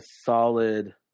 solid